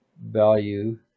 value